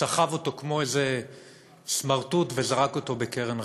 סחב אותו כמו איזה סמרטוט, וזרק אותו בקרן רחוב.